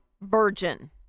virgin